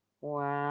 Wow